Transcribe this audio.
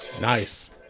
Nice